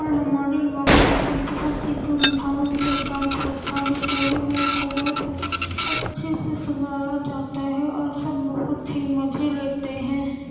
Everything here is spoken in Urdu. اور ہمارے گاؤں میں اب بہت ہی دھوم دھام سے ڈانس ہوتا ہے پورے ہال کو بہت اچھے سے سجایا جاتا ہے اور سب بہت ہی مزے لیتے ہیں